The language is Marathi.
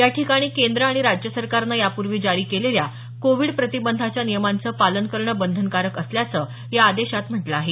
याठिकाणी केंद्र आणि राज्य सरकारनं यापूर्वी जारी केलेल्या कोविड प्रतिबंधाच्या नियामंचं पालन करणं बंधनकारक असल्याचं या आदेशात म्हटलं आहे